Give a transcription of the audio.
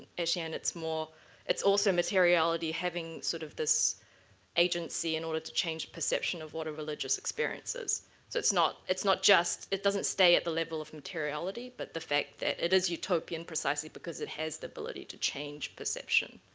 etienne, it's also materiality having sort of this agency in order to change perception of what a religious experience is. so it's not it's not just. it doesn't stay at the level of materiality. but the fact that it is utopian precisely because it has the ability to change perception.